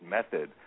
Method